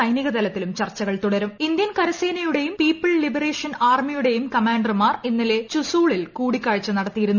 സൈനികതലത്തിലും Indian കരസേനയുടെയും people liberation ആർമിയുടെയും കമാൻഡർമാർ ഇന്നലെ ചുസൂളിൽ കൂടിക്കാഴ്ച നടത്തിയിരുന്നു